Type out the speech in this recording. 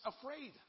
afraid